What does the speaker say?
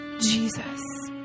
Jesus